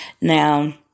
Now